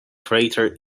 crater